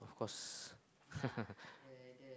of course